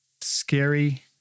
scary